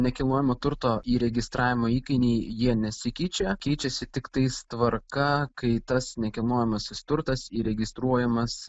nekilnojamo turto įregistravimo įkainiai jie nesikeičia keičiasi tiktais tvarka kai tas nekilnojamasis turtas įregistruojamas